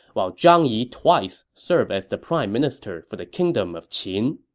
while zhang yi twice served as the prime minister for the kingdom of qin.